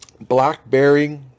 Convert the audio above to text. Blackberry